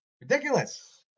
Ridiculous